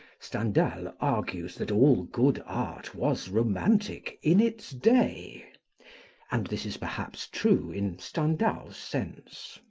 stendhal argues that all good art was romantic in its day and this is perhaps true in stendhal's sense.